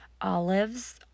Olives